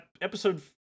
episode